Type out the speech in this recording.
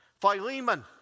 Philemon